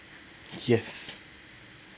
yes